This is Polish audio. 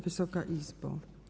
Wysoka Izbo!